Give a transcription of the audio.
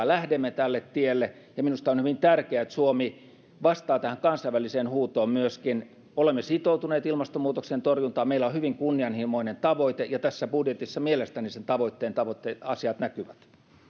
lähdemme tälle tielle ja minusta on hyvin tärkeää että suomi vastaa tähän kansainväliseen huutoon myöskin olemme sitoutuneet ilmastonmuutoksen torjuntaan meillä on hyvin kunnianhimoinen tavoite ja mielestäni tässä budjetissa sen tavoitteen asiat näkyvät